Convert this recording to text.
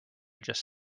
just